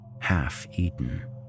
half-eaten